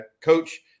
coach